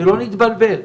שלא נתבלבל,